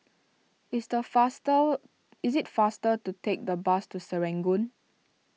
it's the is it faster to take the bus to Serangoon